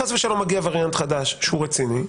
חס ושלום מגיע וריאנט חדש רציני,